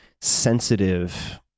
sensitive